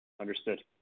understood